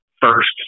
first